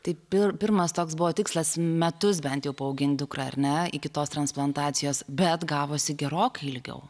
tai pir pirmas toks buvo tikslas metus bent jau paauginti dukrą ar ne iki tos transplantacijos bet gavosi gerokai ilgiau